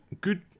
good